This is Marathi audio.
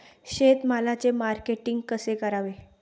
शेतमालाचे मार्केटिंग कसे करावे?